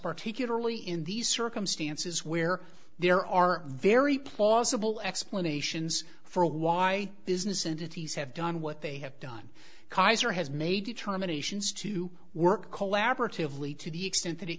particularly in these circumstances where there are very plausible explanations for why business entities have done what they have done kaiser has made determinations to work collaboratively to the extent that